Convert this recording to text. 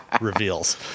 reveals